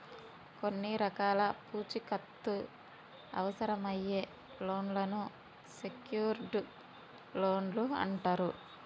కొన్ని రకాల పూచీకత్తు అవసరమయ్యే లోన్లను సెక్యూర్డ్ లోన్లు అంటరు